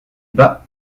pas